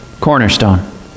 cornerstone